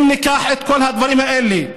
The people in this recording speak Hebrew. אם ניקח את כל הדברים האלה,